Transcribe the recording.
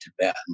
Tibet